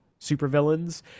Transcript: supervillains